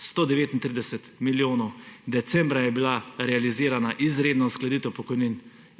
139 milijonov. Decembra je bila realizirana izredna uskladitev pokojnin,